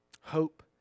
Hope